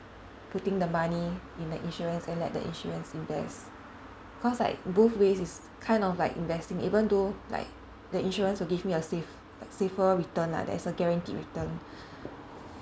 putting the money in the insurance and let the insurance invest cause like both ways is kind of like investing even though like the insurance will give me a safe like safer return lah there's a guaranteed return